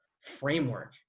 framework